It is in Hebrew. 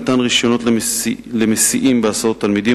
מתן רשיונות למסיעים בהסעות תלמידים